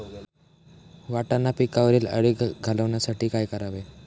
वाटाणा पिकावरील अळी घालवण्यासाठी काय करावे?